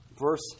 verse